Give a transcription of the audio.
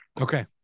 Okay